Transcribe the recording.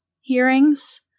hearings